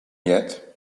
yet